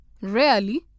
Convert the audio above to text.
rarely